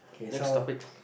next topic